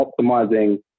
optimizing